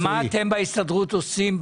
מה אתם בהסתדרות עושים?